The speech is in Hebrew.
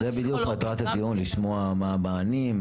זו בדיוק מטרת הדיון: לשמוע מה המענים,